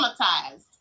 traumatized